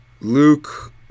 Luke